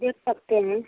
देख सकते हैं